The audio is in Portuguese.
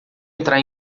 entrar